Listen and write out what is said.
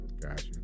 Gotcha